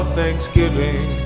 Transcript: thanksgiving